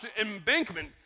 embankment